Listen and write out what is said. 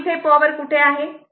मग इथे पावर कुठे आहे